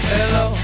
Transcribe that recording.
Hello